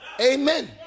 Amen